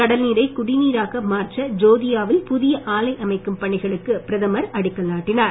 கடல்நீரை குடிநீராக்க மாற்ற ஜோதியாவில் புதிய ஆலை அமைக்கும் பணிகளுக்கு பிரதமர் அடிக்கல் நாட்டினார்